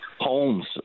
homes